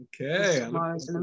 Okay